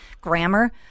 grammar